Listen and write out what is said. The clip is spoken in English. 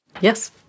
Yes